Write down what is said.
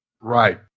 Right